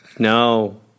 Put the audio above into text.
No